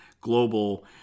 Global